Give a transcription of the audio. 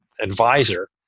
advisor